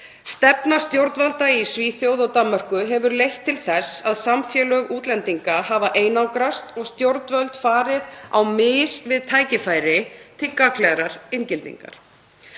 Stefna stjórnvalda í Svíþjóð og Danmörku hefur leitt til þess að samfélög útlendinga hafa einangrast og stjórnvöld farið á mis við tækifæri til gagnlegrar inngildingar.